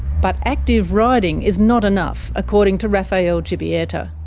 but active riding is not enough, according to raphael grzebieta.